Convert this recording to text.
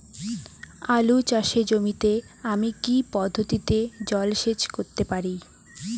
আলু চাষে জমিতে আমি কী পদ্ধতিতে জলসেচ করতে পারি?